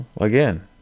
again